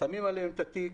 שמים עליהם את התיק